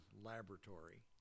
laboratory